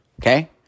Okay